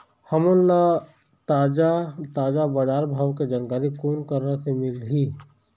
हमन ला ताजा ताजा बजार भाव के जानकारी कोन करा से मिलही?